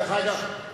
דרך אגב,